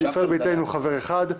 ישראל-ביתנו חבר אחד,